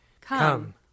Come